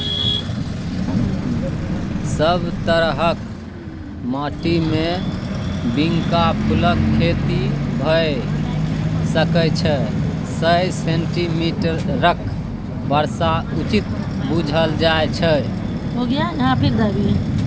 सब तरहक माटिमे बिंका फुलक खेती भए सकै छै सय सेंटीमीटरक बर्षा उचित बुझल जाइ छै